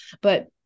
but-